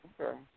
Okay